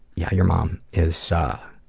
yeah, your mom is ah,